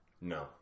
No